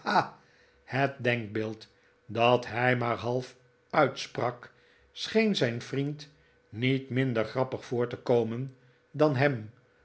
het denkbeeld dat hij maar half uitsprak scheen zijn vriend niet minder grappig voor te komen dan hem